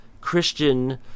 Christian